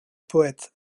poète